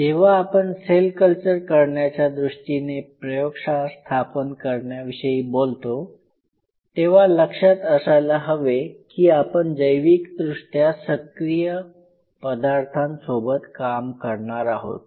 जेव्हा आपण cell culture करण्याच्या दृष्टीने प्रयोगशाळा स्थापन करण्याविषयी बोलतो तेव्हा लक्षात असायला हवे की आपण जैविकदृष्ट्या सक्रिय पदार्थांसोबत काम करणार आहोत